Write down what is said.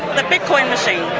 the bitcoin machine.